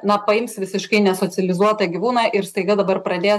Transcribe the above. na paims visiškai nesocializuotą gyvūną ir staiga dabar pradės